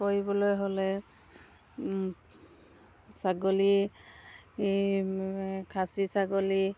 কৰিবলৈ হ'লে ছাগলী ই খাচী ছাগলী